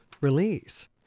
release